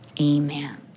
Amen